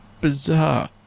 bizarre